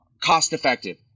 cost-effective